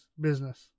business